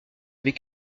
avait